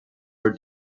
more